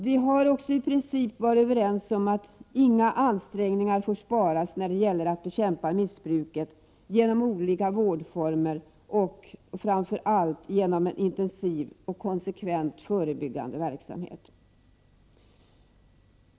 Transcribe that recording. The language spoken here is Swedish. Vi har också i princip varit överens om att inga ansträngningar får sparas när det gäller att bekämpa missbruket genom olika vårdformer och, framför allt, genom en intensiv och konsekvent förebyggande verksamhet.